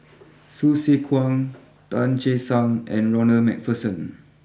Hsu Tse Kwang Tan Che Sang and Ronald Macpherson